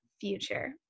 future